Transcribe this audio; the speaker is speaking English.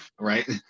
right